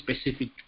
specific